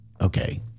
okay